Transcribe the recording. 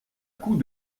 coups